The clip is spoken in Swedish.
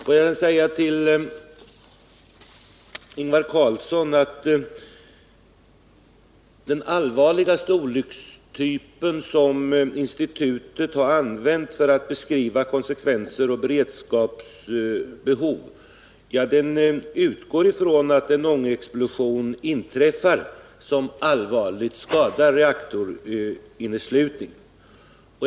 Får jag sedan säga till Ingvar Carlsson att när det gäller den allvarligaste olyckstypen som institutet har använt för att beskriva konsekvenser och beredskapsbehov så utgår man från att en ångexplosion inträffar som allvarligt skadar reaktorinneslutningen.